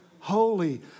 Holy